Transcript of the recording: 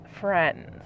friends